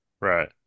right